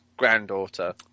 granddaughter